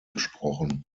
gesprochen